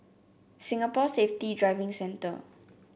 Singapore Safety Driving Centre